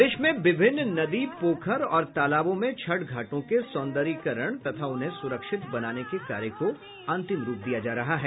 प्रदेश में विभिन्न नदी पोखर और तालाबों में छठ घाटों के सौंर्दयीकरण तथा उन्हें सुरक्षित बनाने के कार्य को अंतिम रूप दिया जा रहा है